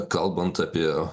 kalbant apie